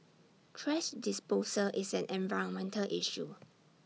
thrash disposal is an environmental issue